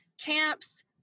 camps